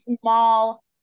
small